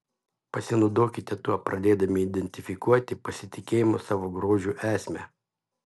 pasinaudokite tuo pradėdami identifikuoti pasitikėjimo savo grožiu esmę